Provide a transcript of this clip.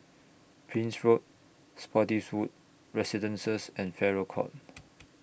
Prince Road Spottiswoode Residences and Farrer Court